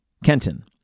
Kenton